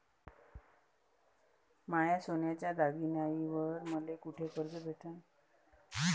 माया सोन्याच्या दागिन्यांइवर मले कुठे कर्ज भेटन?